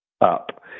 up